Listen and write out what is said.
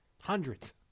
Hundreds